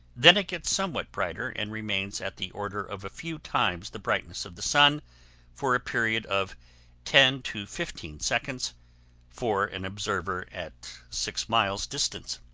then it gets somewhat brighter and remains at the order of a few times the brightness of the sun for a period of ten to fifteen seconds for an observer at six miles distance.